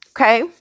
Okay